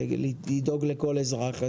לדאוג לכל אזרח,